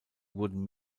wurden